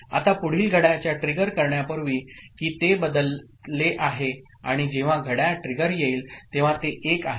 आता पुढील घड्याळाच्या ट्रिगर करण्यापूर्वी की ते बदलले आहे आणि जेव्हा घड्याळ ट्रिगर येईल तेव्हा ते 1 आहे